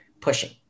pushing